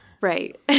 right